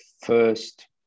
first